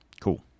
Cool